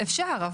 אפשר.